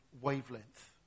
wavelength